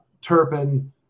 turpin